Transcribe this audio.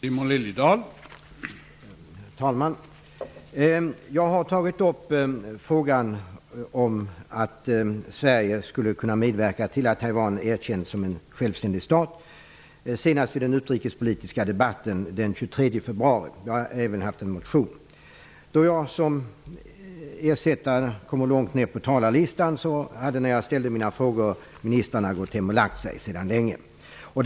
Herr talman! Jag har tidigare tagit upp frågan om att Sverige skulle kunna medverka till att Taiwan erkänns som en självständig stat, senast vid den utrikespolitiska debatten den 23 februari. Jag har även väckt en motion. Då jag som ersättare kommer långt ned på talarlistan hade ministrarna när jag ställde mina frågor gått hem och lagt sig för länge sedan.